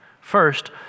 First